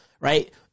Right